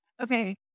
Okay